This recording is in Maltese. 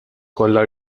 kollha